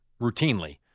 routinely